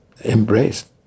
embraced